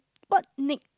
what nick